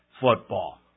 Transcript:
football